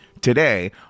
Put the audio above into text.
today